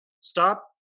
Stop